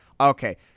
Okay